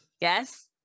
Yes